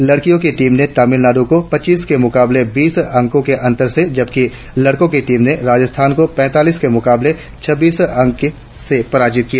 लड़कियों की टीम में तामिलनाड़ को पच्चीस के मुकाबले बीस अंको के अंतर से जबकि लड़कों की टीम ने राय़स्थान को पैतालीस के मुकाबले छ ब्बीस अंको से पराजीत किया